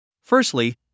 Firstly